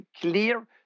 clear